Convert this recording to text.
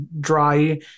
dry-